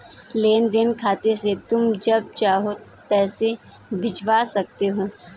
लेन देन खाते से तुम जब चाहो पैसा भिजवा सकते हो